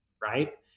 right